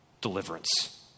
deliverance